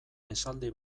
esaldi